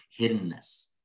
hiddenness